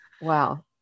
Wow